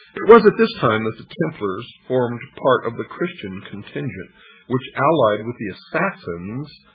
it was at this time that the templars formed part of the christian contingent which, allied with the assassins,